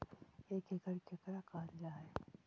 एक एकड़ केकरा कहल जा हइ?